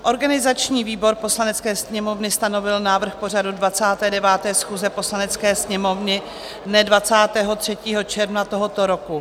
Organizační výbor Poslanecké sněmovny stanovil návrh pořadu 29. schůze Poslanecké sněmovny dne 23. června tohoto roku.